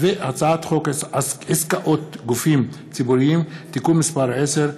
הצעת חוק עסקאות גופים ציבוריים (תיקון מס' 10),